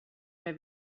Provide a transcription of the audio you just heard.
may